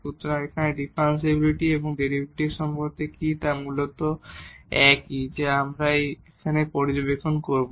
সুতরাং এখানে ডিফারেনশিবিলিটি এবং ডেরিভেটিভ কি সম্পর্ক বা মূলত তারা একই যা আমরা এখন এখানে পর্যবেক্ষণ করব